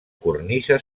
cornisa